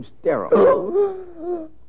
sterile